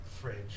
fridge